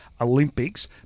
Olympics